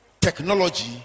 technology